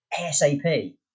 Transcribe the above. ASAP